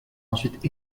ensuite